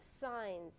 signs